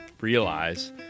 realize